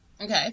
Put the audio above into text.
Okay